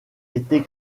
été